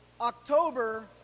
October